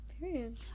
Period